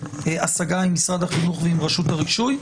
ההשגה עם משרד החינוך ועם רשות הרישוי.